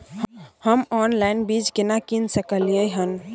हम ऑनलाइन बीज केना कीन सकलियै हन?